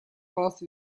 palazzo